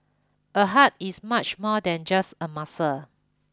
a heart is much more than just a muscle